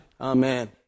Amen